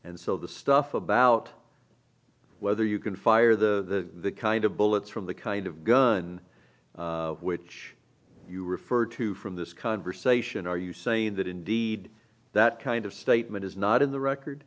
and so the stuff about whether you can fire the kind of bullets from the kind of gun which you refer to from this conversation are you saying that indeed that kind of statement is not in the record